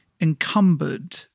encumbered